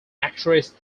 actress